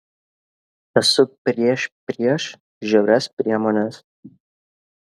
esu prieš prieš žiaurias priemones